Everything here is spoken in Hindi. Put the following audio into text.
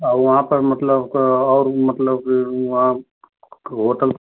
और वहाँ पर मतलब और मतलब वहाँ होटल